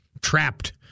trapped